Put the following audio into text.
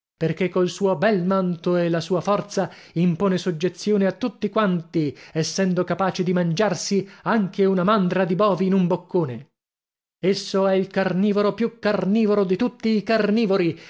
perché col suo bel manto e la sua forza impone soggezione a tutti quanti essendo capace di mangiarsi anche una mandra di bovi in un boccone esso è il carnivoro più carnivoro di tutti i carnivori